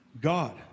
God